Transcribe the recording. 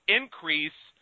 increase